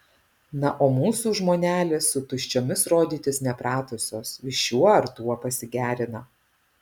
na o mūsų žmonelės su tuščiomis rodytis nepratusios vis šiuo ar tuo pasigerina